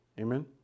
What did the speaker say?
Amen